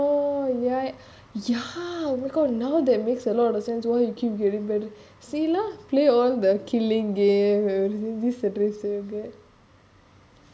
oh ya ya oh my god now that makes a lot of sense why you keep getting see lah keep playing all the killing games everything this is bad